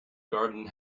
garden